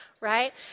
right